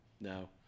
No